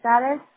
status